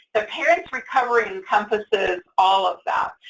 the parent's recovery encompasses all of that,